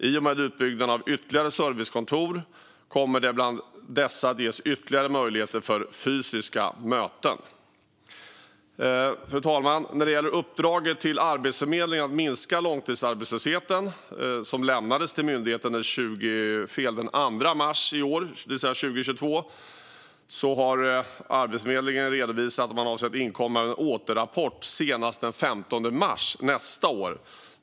I och med utbyggnaden av ytterligare servicekontor kommer det bland dessa att ges ytterligare möjligheter för fysiska möten. Fru talman! När det gäller uppdraget till Arbetsförmedlingen att minska långtidsarbetslösheten , som lämnades till myndigheten den 2 mars i år, har Arbetsförmedlingen redovisat att man avser att inkomma med en återrapport senast den 15 mars nästa år.